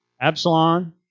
Absalom